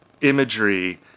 imagery